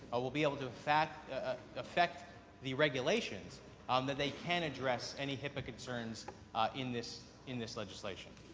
ah will be able to affect ah affect the regulations um that they can address any hipaa concerns in this in this legislation.